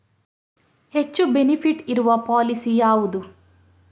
ಹೆಚ್ಚು ಬೆನಿಫಿಟ್ ಇರುವ ಪಾಲಿಸಿ ಯಾವುದು?